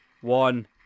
one